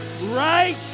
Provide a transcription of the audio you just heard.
right